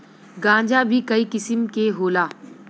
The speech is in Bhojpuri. गांजा भीं कई किसिम के होला